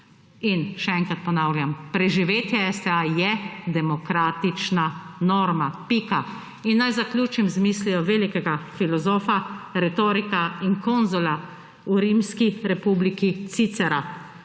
In, še enkrat ponavljam, preživetje STA je demokratična norma, pika. In naj zaključim z mislijo velikega filozofa, retorika in konzula v rimski republiki Cicera: